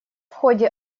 ходе